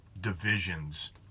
divisions